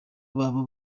babo